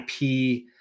IP